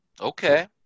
okay